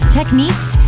techniques